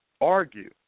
argue